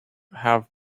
have